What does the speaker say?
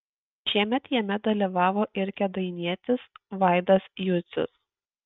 šiemet jame dalyvavo ir kėdainietis vaidas jucius